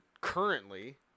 currently